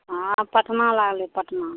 हँ पटना लै गेलै पटना